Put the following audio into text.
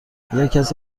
هرکس